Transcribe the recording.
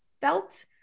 felt